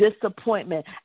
disappointment